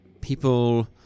...people